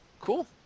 Cool